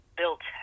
built